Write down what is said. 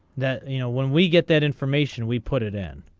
that you know when we get that information we put it in.